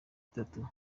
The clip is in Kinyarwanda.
itatu